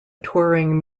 touring